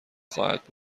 خواهد